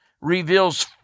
reveals